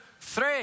three